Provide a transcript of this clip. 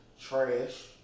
trash